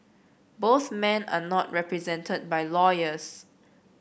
both men are not represented by lawyers